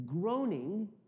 groaning